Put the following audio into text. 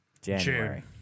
January